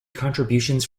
contributions